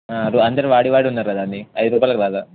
అందరు వాడి వాడి ఉన్నారు కదండి ఐదు రూపాయలకి రాదా